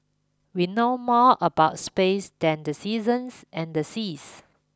we know more about space than the seasons and the seas